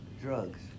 drugs